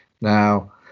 Now